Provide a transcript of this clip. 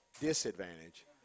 disadvantage